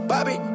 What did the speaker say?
Bobby